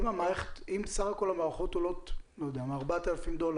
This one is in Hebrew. אם סך הכל המערכות עולות 4,000 למשל,